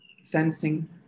sensing